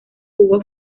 jugó